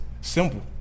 simple